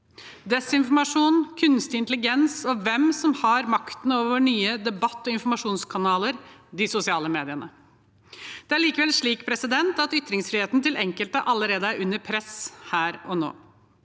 desinformasjon, kunstig intelligens og hvem som har makten over våre nye debatt- og informasjonskanaler – de sosiale mediene. Det er likevel slik at ytringsfriheten til enkelte allerede er under press her og nå.